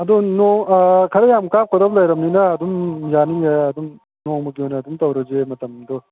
ꯑꯗꯣ ꯈꯔ ꯌꯥꯝꯅ ꯀꯥꯞꯀꯗꯕ ꯂꯩꯔꯕꯅꯤꯅ ꯑꯗꯨꯝ ꯌꯥꯅꯤꯌꯦ ꯑꯗꯨꯝ ꯅꯣꯡꯃꯒꯤ ꯑꯣꯏꯅ ꯑꯗꯨꯝ ꯇꯧꯔꯁꯦ ꯃꯇꯝꯗꯣ